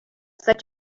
such